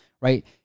right